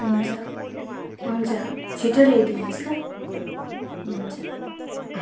हुन्छ हुन्छ छिटो ल्याइदिनु होस् ल हुन्छ